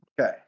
Okay